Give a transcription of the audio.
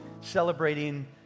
celebrating